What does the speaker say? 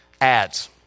ads